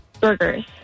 Burgers